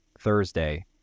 Thursday